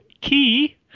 Key